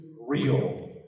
real